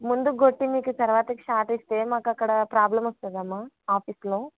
ముందుకు గొట్టి మీకు తర్వాతకి షార్టు ఇస్తే మాకక్కడ ప్రాబ్లమ్ వస్తుంది అమ్మ ఆఫీస్లో